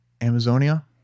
Amazonia